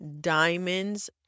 diamonds